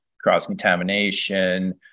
Cross-contamination